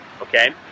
Okay